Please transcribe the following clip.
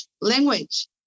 language